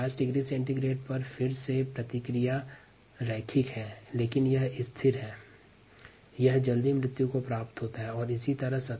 60 degree centigrade पर पुनः रैखिक प्रतिक्रिया प्राप्त होती है लेकिन यहाँ स्टीपर अर्थात अत्यधिक उतार चढ़ाव युक्त ग्राफ प्राप्त होता है 60 डिग्री सेंटीग्रेड पर कोशिका की जल्दी मृत्यु हो जाती है